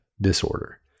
disorder